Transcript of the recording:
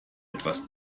etwas